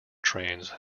trains